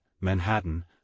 Manhattan